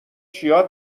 چیا